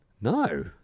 no